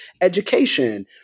education